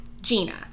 Gina